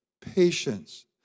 Patience